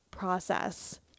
process